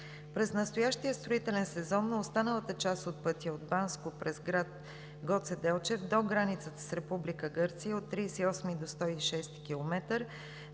През настоящия строителен сезон на останалата част от пътя – от Банско през град Гоце Делчев до границата с Република